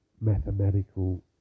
mathematical